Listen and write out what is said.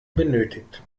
benötigt